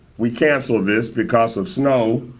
we cancelled this because of snow.